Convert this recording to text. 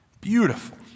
beautiful